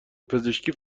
پزشکی